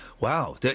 Wow